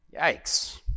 Yikes